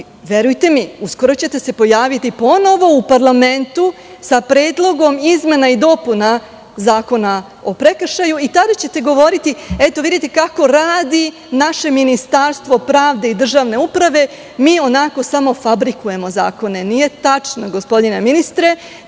zakonu. Verujte mi, uskoro ćete se pojaviti ponovo u parlamentu sa predlogom izmena i dopuna Zakona o prekršaju, i tada ćete govoriti – eto, vidite kako radi naše Ministarstvo pravde i državne uprave, mi samo fabrikujemo zakone. Nije tačno, gospodine ministre,